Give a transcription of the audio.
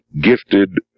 gifted